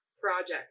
project